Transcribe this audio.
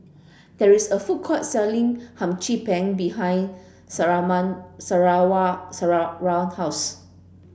there is a food court selling Hum Chim Peng behind house